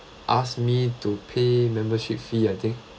ask me to pay membership fee I think